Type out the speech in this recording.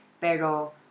Pero